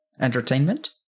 Entertainment